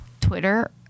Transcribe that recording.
Twitter